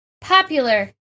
popular